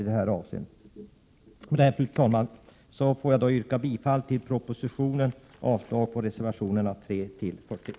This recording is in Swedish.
Med detta yrkar jag bifall till propositionen och avslag på reservationerna 340.